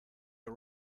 the